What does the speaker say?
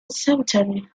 cemetery